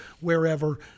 wherever